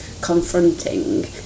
confronting